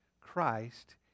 Christ